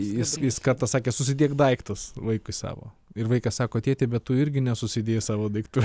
jis jis kartą sakė susidėk daiktus vaikui savo ir vaikas sako tėti bet tu irgi nesusidėjai savo daiktų